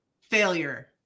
failure